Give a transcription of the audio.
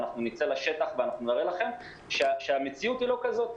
ונצא לשטח ונראה לכם שהמציאות לא כזאת,